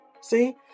See